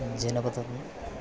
जनपदम्